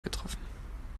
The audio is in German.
getroffen